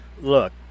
Look